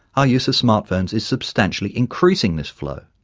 our use of smart phones is substantially increasing this flow.